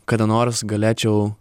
kada nors galėčiau